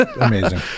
Amazing